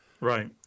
Right